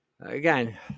again